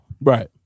Right